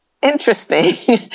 interesting